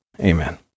Amen